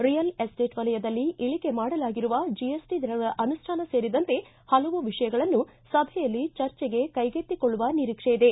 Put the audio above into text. real estate ವಲಯದಲ್ಲಿ ಇಳಕೆ ಮಾಡಲಾಗಿರುವ ಜಿಎಸ್ಟಿ ದರಗಳ ಅನುಷ್ಠಾನ ಸೇರಿದಂತೆ ಹಲವು ವಿಷಯಗಳನ್ನು ಸಭೆಯಲ್ಲಿ ಚರ್ಚೆಗೆ ಕೈಗೆತ್ತಿಕೊಳ್ಳುವ ನಿರೀಕ್ಷೆ ಇದೆ